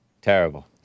Terrible